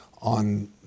on